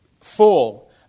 full